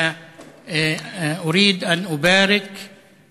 (אומר דברים בשפה הערבית,